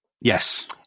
Yes